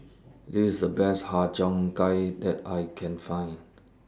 This A Best Har Cheong Gai that I Can Find